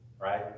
Right